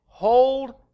Hold